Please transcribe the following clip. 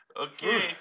Okay